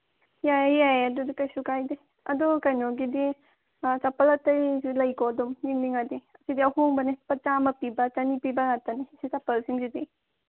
ꯌꯥꯏꯌꯦ ꯌꯥꯏꯌꯦ ꯑꯗꯨꯗꯤ ꯀꯩꯁꯨ ꯀꯥꯏꯗꯦ ꯑꯗꯨ ꯀꯩꯅꯣꯒꯤꯗꯤ ꯆꯞꯄꯜ ꯑꯇꯩꯁꯨ ꯂꯩꯀꯣ ꯑꯗꯨꯝ ꯌꯦꯡꯅꯤꯡꯉꯗꯤ ꯁꯤꯗꯤ ꯑꯍꯣꯡꯕꯅꯤ ꯂꯨꯄꯥ ꯆꯥꯝꯃ ꯄꯤꯕ ꯆꯅꯤ ꯄꯤꯕ ꯉꯥꯛꯇꯅꯤ ꯁꯤ ꯆꯞꯄꯜꯁꯤꯡꯁꯤꯗꯤ